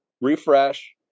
refresh